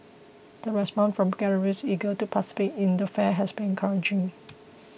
the response from galleries eager to participate in the fair has been encouraging